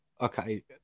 okay